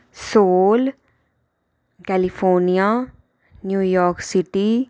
sole California New York city